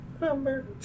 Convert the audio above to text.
Number